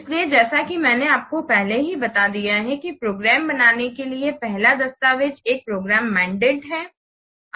इसलिए जैसा कि मैंने आपको पहले ही बता दिया है कि प्रोग्राम बनाने के लिए पहला दस्तावेज एक प्रोग्राम मैंडेट है